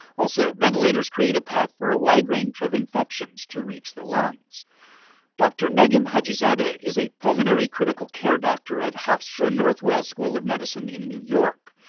also, ventilators create a path for a wide range of infections to reach the lungs dr. negin hajizadeh is a pulmonary critical care doctor at hofstra northwell school of medicine in new york.